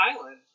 island